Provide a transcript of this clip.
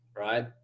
right